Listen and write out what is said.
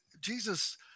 Jesus